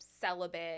celibate